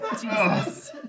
Jesus